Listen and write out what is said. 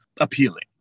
appealing